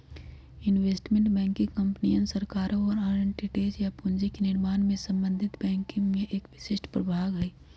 investment banking कंपनियन, सरकारों और अन्य एंटिटीज ला पूंजी के निर्माण से संबंधित बैंकिंग के एक विशिष्ट प्रभाग हई